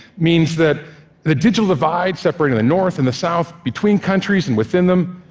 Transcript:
means that the digital divide separating the north and the south between countries and within them,